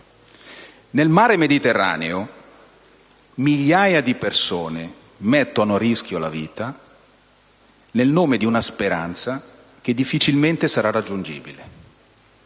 Nel mar Mediterraneo, migliaia di persone mettono a rischio la vita nel nome di una speranza che difficilmente sarà raggiungibile.